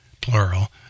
plural